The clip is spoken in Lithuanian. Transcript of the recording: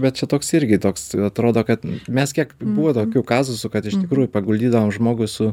bet čia toks irgi toks atrodo kad mes kiek buvo tokių kazusų kad iš tikrųjų paguldydavom žmogų su